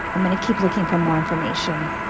i'm going to keep looking for more information.